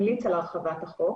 המליץ על הרחבת החוק,